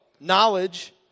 knowledge